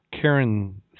Karen